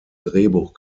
drehbuch